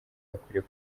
akwiriye